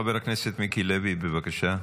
חבר הכנסת מיקי לוי, בבקשה.